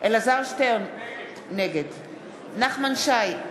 אלעזר שטרן, נגד נחמן שי,